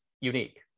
unique